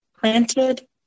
planted